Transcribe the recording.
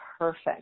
perfect